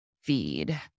feed